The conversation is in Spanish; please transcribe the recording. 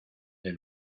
del